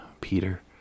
Peter